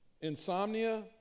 insomnia